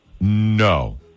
No